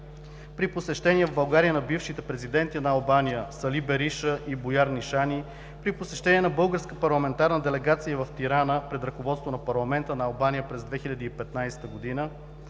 при посещенията в България на бившите президенти на Албания Сали Бериша и Буяр Нишани; при посещение на българска парламентарна делегация в Тирана, пред ръководството на парламента на Албания през 2015 г.;